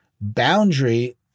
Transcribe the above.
boundary